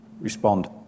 respond